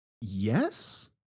yes